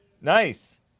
Nice